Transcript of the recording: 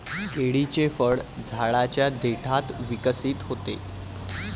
केळीचे फळ झाडाच्या देठात विकसित होते